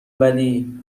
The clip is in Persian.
ولی